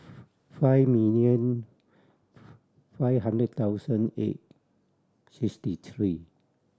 five million five hundred thousand eight sixty three